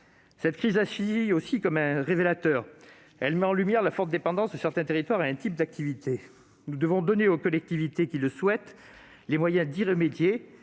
Cette crise agit aussi comme un révélateur. Elle met en lumière la forte dépendance de certains territoires à un type d'activité. Nous devons donner aux collectivités qui le souhaitent les moyens d'y remédier